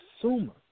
consumer